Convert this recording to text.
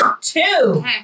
two